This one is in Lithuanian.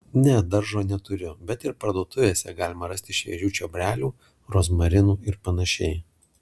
ne daržo neturiu bet ir parduotuvėse galima rasti šviežių čiobrelių rozmarinų ir panašiai